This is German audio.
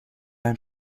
ein